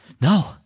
No